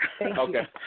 Okay